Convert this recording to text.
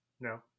No